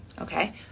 Okay